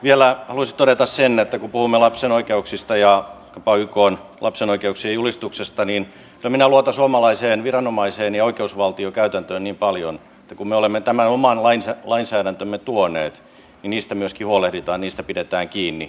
vielä haluaisin todeta sen että kun puhumme lapsen oikeuksista ja jopa ykn lapsen oikeuksien julistuksesta niin kyllä minä luotan suomalaiseen viranomaiseen ja oikeusvaltiokäytäntöön niin paljon että kun me olemme tämän oman lainsäädäntömme tuoneet niin siitä myöskin huolehditaan siitä pidetään kiinni